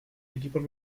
equipos